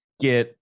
get